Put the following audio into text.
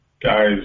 Guys